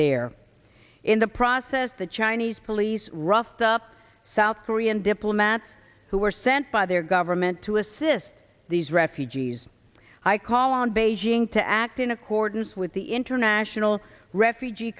there in the process the chinese police roughed up south korean diplomats who were sent by their government to assist these refugees i call on beijing to act in accordance with the international refugee